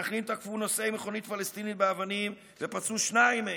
מתנחלים תקפו נוסעי מכונית פלסטינית באבנים ופצעו שניים מהם,